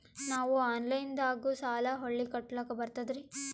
ನಾವು ಆನಲೈನದಾಗು ಸಾಲ ಹೊಳ್ಳಿ ಕಟ್ಕೋಲಕ್ಕ ಬರ್ತದ್ರಿ?